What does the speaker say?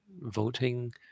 voting